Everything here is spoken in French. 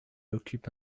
occupe